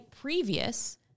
previous